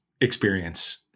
experience